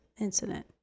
incident